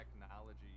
technology